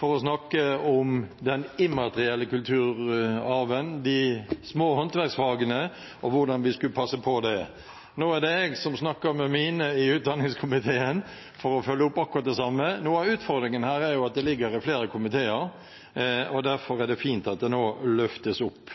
for å snakke om den immaterielle kulturarven, de små håndverksfagene og om hvordan vi skulle passe på dem. Nå er det jeg som snakker med mine i utdanningskomiteen for å følge opp akkurat det samme. Noe av utfordringen her er jo at det ligger i flere komiteer, og derfor er det fint at det nå løftes opp.